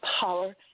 power